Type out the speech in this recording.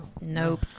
Nope